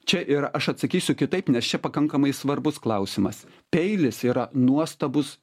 čia ir aš atsakysiu kitaip nes čia pakankamai svarbus klausimas peilis yra nuostabus